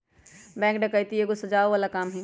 bank डकैती एगो सजाओ बला काम हई